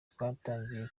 twatangiye